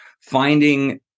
finding